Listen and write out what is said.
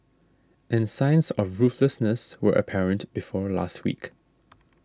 and signs of ruthlessness were apparent before last week